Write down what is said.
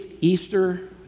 Easter